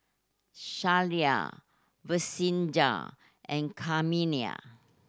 Shelia Vincenza and